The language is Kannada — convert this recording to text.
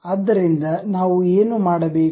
ಆದ್ದರಿಂದ ನಾವು ಏನು ಮಾಡಬೇಕು